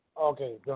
Okay